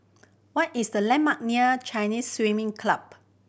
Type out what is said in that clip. what is the landmark near Chinese Swimming Club